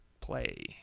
play